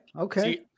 okay